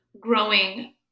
growing